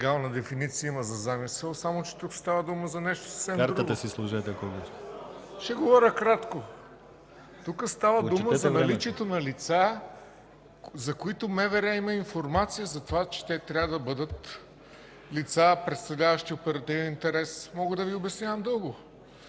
Мога да Ви обяснявам дълго.